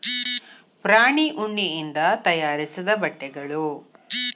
ಪ್ರಾಣಿ ಉಣ್ಣಿಯಿಂದ ತಯಾರಿಸಿದ ಬಟ್ಟೆಗಳು